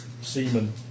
seamen